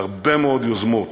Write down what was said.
והרבה מאוד יוזמות